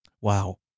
Wow